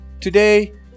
Today